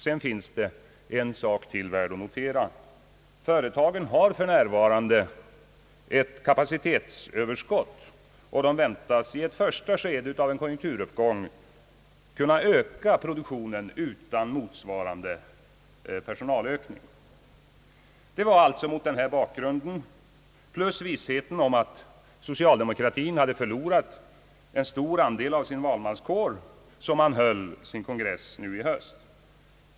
Det finns ytterligare en sak som är värd att notera. Företagen har för närvarande ett kapacitetsöverskott och väntas i ett första skede av en konjunkturuppgång kunna öka produktionen utan motsvarande personalökning. Det var mot denna bakgrund samt vissheten om att socialdemokratin hade förlorat en stor andel av sin valmanskår som man höll sin kongress nu i höst.